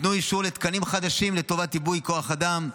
ניתנו אישורים לתקנים חדשים לטובת עיבוי כוח האדם,